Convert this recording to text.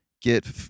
get